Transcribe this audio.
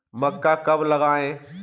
मक्का कब लगाएँ?